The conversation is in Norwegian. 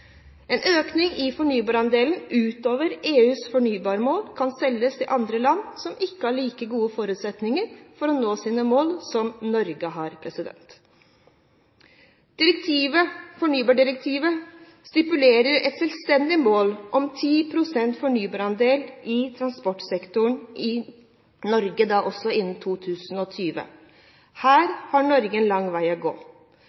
En økning i fornybarandelen utover EUs fornybarmål kan selges til land som ikke har like gode forutsetninger for å nå sine mål som Norge har. Fornybardirektivet stipulerer et selvstendig mål om en fornybarandel på 10 pst. i transportsektoren i Norge innen 2020. Her har Norge en lang vei å gå.